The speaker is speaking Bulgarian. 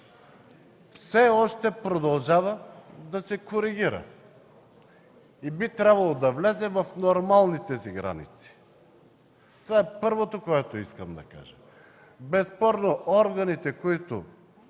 все още продължава да се коригира и би трябвало да влезе в нормалните си граници. Това е първото, което искам да кажа. Безспорно органите, които